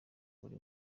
buri